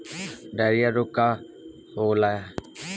Diarrhoea रोग का होखे?